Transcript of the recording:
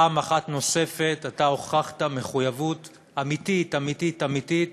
פעם נוספת אתה הוכחת מחויבות אמיתית אמיתית אמיתית